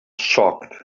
shocked